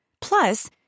Plus